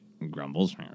Grumbles